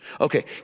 Okay